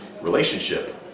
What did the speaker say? relationship